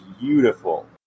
beautiful